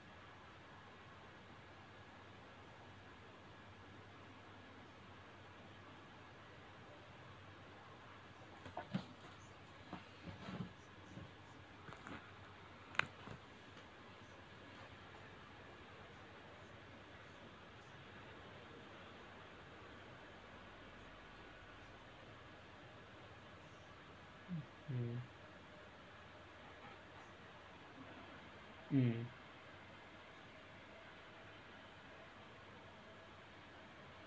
mm